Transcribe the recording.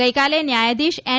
ગઈકાલે ન્યાયાધીશ એન